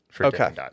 Okay